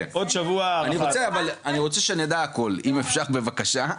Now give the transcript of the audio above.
אני רוצה שנדע הכל אם אפשר בבקשה.